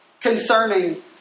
concerning